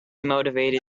motivated